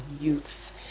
youths